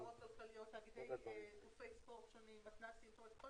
חברות כלכליות, גופי ספורט שונים, מתנ"סים, כל